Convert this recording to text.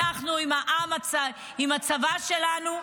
התגברנו על זה עם הצבא שלנו.